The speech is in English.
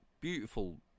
beautiful